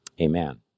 amen